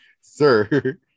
Sir